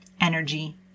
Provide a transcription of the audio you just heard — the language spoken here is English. energy